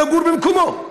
בערבית,) לגור במקומם.